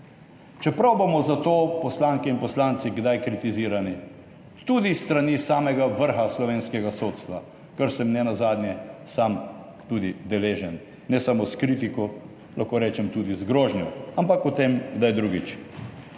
čeprav bomo zato poslanke in poslanci kdaj kritizirani tudi s strani samega vrha slovenskega sodstva, kar sem ne nazadnje sam tudi deležen ne samo s kritiko, lahko rečem tudi z grožnjo, ampak o tem kdaj drugič.